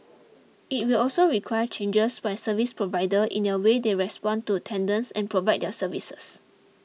it will also require changes by service providers in their way they respond to tenders and provide their services